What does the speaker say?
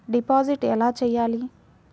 Deposit ఎలా చెయ్యాలి?